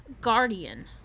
Guardian